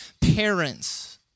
parents